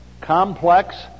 complex